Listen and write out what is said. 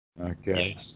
Okay